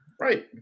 Right